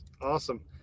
Awesome